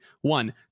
One